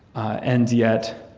and yet,